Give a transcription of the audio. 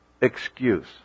excuse